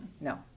No